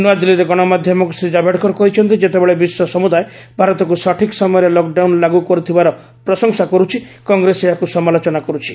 ନ୍ତଆଦିଲ୍ଲୀରେ ଗଣମାଧ୍ୟମକୁ ଶ୍ରୀ ଜାଭଡେକର କହିଛନ୍ତି ଯେତେବେଳେ ବିଶ୍ୱ ସମୁଦାୟ ଭାରତକୁ ସଠିକ୍ ସମୟରେ ଲକ୍ଡାଉନ୍ ଲାଗୁ କରିଥିବାର ପ୍ରଶଂସା କରୁଛି କଂଗ୍ରେସ ଏହାକୁ ସମାଲୋଚନା କରୁଛି